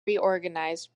reorganized